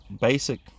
basic